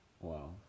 Wow